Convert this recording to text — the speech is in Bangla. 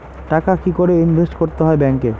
টাকা কি করে ইনভেস্ট করতে হয় ব্যাংক এ?